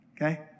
okay